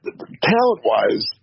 talent-wise